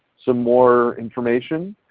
some more information.